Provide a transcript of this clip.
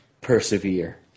Persevere